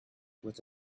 with